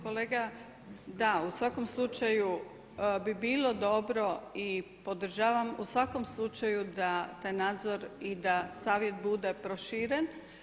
Kolega da, u svakom slučaju bi bilo dobro i podržavam u svakom slučaju da taj nadzor i da savjet bude proširen.